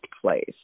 place